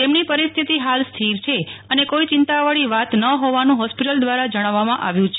તેમની પરિસ્થિતિ હાલ સ્થિર છે અને કોઈ ચિંતાવાળી વાત ન હોવાનું હોસ્પિટલ દ્વારા જણાવવામાં આવ્યું છે